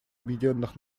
объединенных